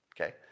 Okay